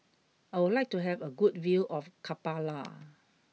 I would like to have a good view of Kampala